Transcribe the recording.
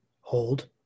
hold